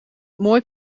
mooi